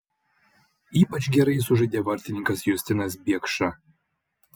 ypač gerai sužaidė vartininkas justinas biekša